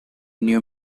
new